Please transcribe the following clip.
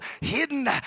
hidden